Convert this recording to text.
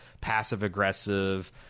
passive-aggressive